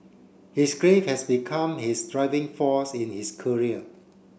his grief has become his driving force in his career